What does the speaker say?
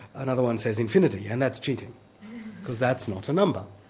another one says infinity, and that's cheating because that's not a number,